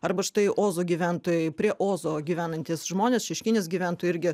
arba štai ozo gyventojai prie ozo gyvenantys žmonės šeškinės gyventojai irgi